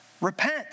Repent